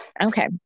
Okay